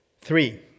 Three